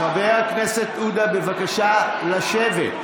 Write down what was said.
חבר הכנסת עודה, בבקשה לשבת.